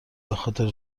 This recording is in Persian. بخاطر